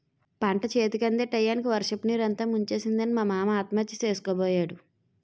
పంటచేతికందే టయానికి వర్షపునీరు అంతా ముంచేసిందని మా మామ ఆత్మహత్య సేసుకోబోయాడు